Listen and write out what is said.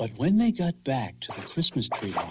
like when they got back tot the christmas tree um